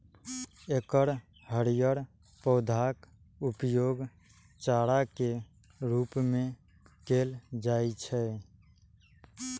एकर हरियर पौधाक उपयोग चारा के रूप मे कैल जाइ छै